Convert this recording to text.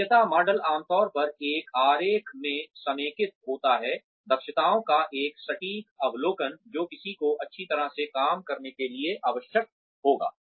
योग्यता मॉडल आमतौर पर एक आरेख में समेकित होता है दक्षताओं का एक सटीक अवलोकन जो किसी को अच्छी तरह से काम करने के लिए आवश्यक होगा